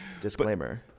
disclaimer